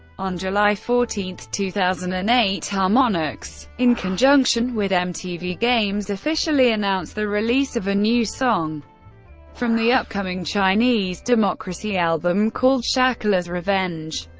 on july fourteen, two thousand and eight, harmonix, in conjunction with mtv games, officially announced the release of a new song from the upcoming chinese democracy album, called shackler's revenge,